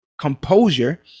composure